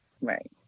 right